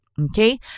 Okay